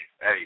Hey